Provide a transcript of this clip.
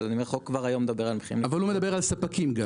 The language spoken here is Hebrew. אבל אני אומר החוק כבר היום על מחירים --- אבל הוא מדבר על ספקים גל,